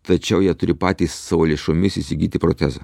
tačiau jie turi patys savo lėšomis įsigyti protezą